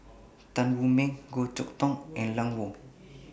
Tan Wu Meng Goh Chok Tong and Lan Woo